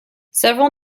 several